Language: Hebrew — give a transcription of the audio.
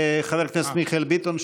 חבר הכנסת מיכאל ביטון,